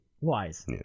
wise